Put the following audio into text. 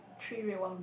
three red one blue